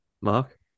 Mark